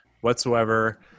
whatsoever